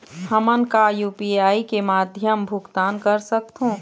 हमन का यू.पी.आई के माध्यम भुगतान कर सकथों?